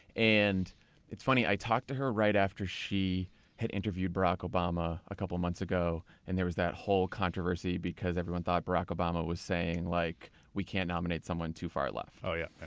and it's funny, i talked to her right after she had interviewed barack obama a couple of months ago, and there was that whole controversy because everyone thought barack obama was saying, like we can't nominate someone too far left. oh yeah, yeah.